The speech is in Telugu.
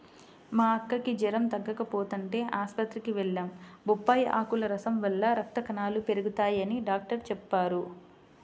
మా అక్కకి జెరం తగ్గకపోతంటే ఆస్పత్రికి వెళ్లాం, బొప్పాయ్ ఆకుల రసం వల్ల రక్త కణాలు పెరగతయ్యని డాక్టరు చెప్పారు